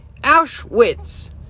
Auschwitz